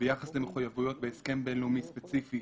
ביחס למחויבויות בהסכם בינלאומי ספציפי